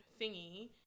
thingy